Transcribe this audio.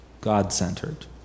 God-centered